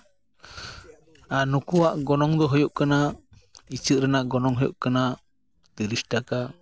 ᱟᱨ ᱱᱩᱠᱩᱣᱟᱜ ᱜᱚᱱᱚᱝ ᱫᱚ ᱦᱩᱭᱩᱜ ᱠᱟᱱᱟ ᱤᱪᱟᱹᱜ ᱨᱮᱱᱟᱜ ᱜᱚᱱᱚᱝ ᱦᱩᱭᱩᱜ ᱠᱟᱱᱟ ᱛᱤᱨᱤᱥ ᱴᱟᱠᱟ